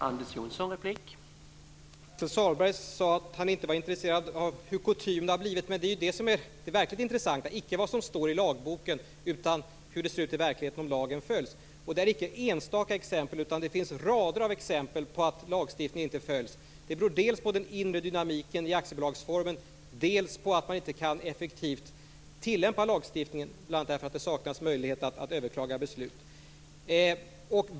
Herr talman! Pär-Axel Sahlberg sade att han inte är intresserad av hur kutymen ser ut, men det verkligt intressanta är inte vad som står i lagboken utan hur det ser ut i verkligheten, om lagen följs. Jag gav inte något enstaka exempel, utan det finns rader av exempel på att lagstiftningen inte följs. Det beror dels på den inre dynamiken i aktiebolagsformen, dels på att man inte kan tillämpa lagstiftningen effektivt, bl.a. därför att möjligheter att överklaga beslut saknas.